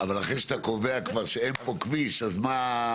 אבל אחרי שאתה קובע שאין פה כביש, אז מה...